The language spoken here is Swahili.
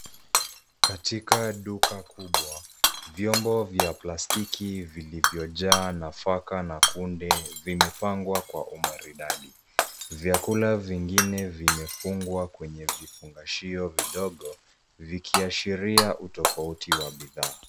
Katika duka kubwa, vyombo vya plastiki vilivyojaa nafaka na kunde vimepangwa kwa umaridadi. Vyakula vingine vimefungwa kwenye vifungashio vidogo vikiashiria utofauti wa bidhaa.